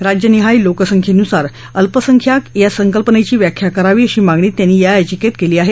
राज्यनिहाय लोकसंख्येनुसार अल्पसंख्याक या संकल्पनेची व्याख्या करावी अशी मागणी त्यांनी या याचिकेत केली आहे